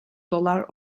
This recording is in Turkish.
dolar